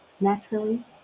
naturally